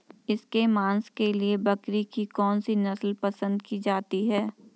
इसके मांस के लिए बकरी की कौन सी नस्ल पसंद की जाती है?